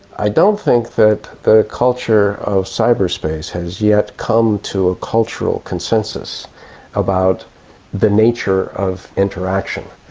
i don't think that the culture of cyberspace has yet come to a cultural consensus about the nature of interaction.